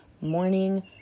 morning